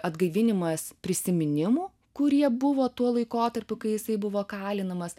atgaivinimas prisiminimų kurie buvo tuo laikotarpiu kai jisai buvo kalinamas